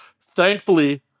Thankfully